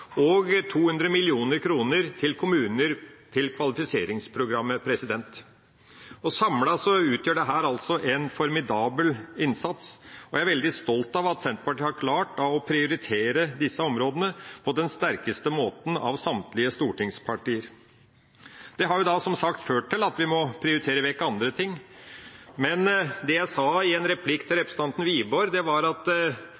og 200 mill. kr til kommuner til kvalifiseringsprogrammet. Samlet utgjør dette en formidabel innsats, og jeg er veldig stolt av at Senterpartiet har klart å prioritere disse områdene på den sterkeste måten av samtlige stortingspartier. Det har som sagt ført til at vi må prioritere vekk andre ting. Men det jeg sa i en replikk til representanten Wiborg, var at